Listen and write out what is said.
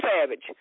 Savage